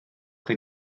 chdi